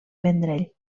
vendrell